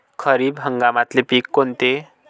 खरीप हंगामातले पिकं कोनते?